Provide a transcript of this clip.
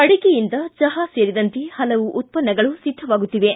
ಅಡಿಕೆಯಿಂದ ಚಹಾ ಸೇರಿದಂತೆ ಹಲವು ಉತ್ಪನ್ನಗಳು ಸಿದ್ದವಾಗುತ್ತಿವೆ